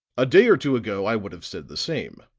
a day or two ago i would have said the same.